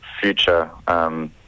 future